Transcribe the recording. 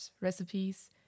recipes